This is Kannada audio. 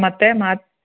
ಮತ್ತೆ ಮಾತ್